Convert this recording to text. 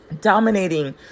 dominating